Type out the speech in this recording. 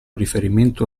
riferimento